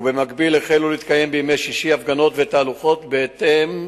ובמקביל החלו להתקיים בימי שישי הפגנות ותהלוכות בהתאם,